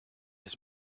his